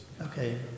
Okay